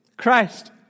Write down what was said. christ